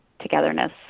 togetherness